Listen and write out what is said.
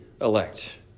elect